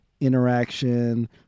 interaction